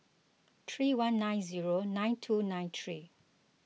three one nine zero nine two nine three